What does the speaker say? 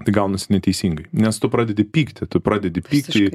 tai gaunasi neteisingai nes tu pradedi pykti tu pradedi pykti